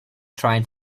trying